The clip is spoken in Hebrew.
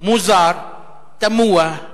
מוזר, תמוה.